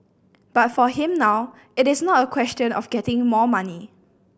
but for him now it is not a question of getting more money